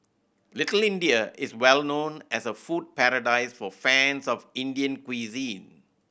Little India is well known as a food paradise for fans of Indian cuisine